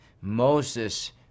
Moses